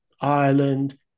Ireland